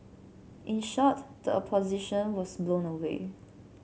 in short the Opposition was blown away